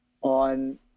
on